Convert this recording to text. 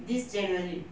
this january